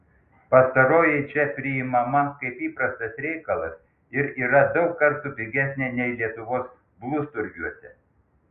pastaroji čia priimama kaip įprastas reikalas ir yra daug kartų pigesnė nei lietuvos blusturgiuose